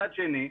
מצד שני,